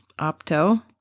opto